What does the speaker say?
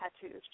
tattoos